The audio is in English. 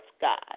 God